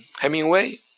Hemingway